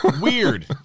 Weird